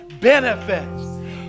benefits